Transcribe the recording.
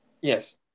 Yes